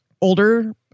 older